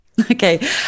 Okay